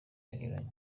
banyuranye